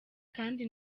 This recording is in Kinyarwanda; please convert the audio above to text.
kandi